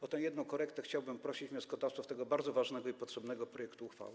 O tę jedną korektę chciałbym prosić wnioskodawców tego bardzo ważnego i potrzebnego projektu uchwały.